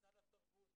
מסל התרבות,